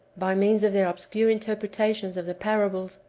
by means of their obscure interpretations of the parables,